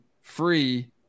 free